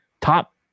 top